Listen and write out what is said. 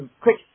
Quick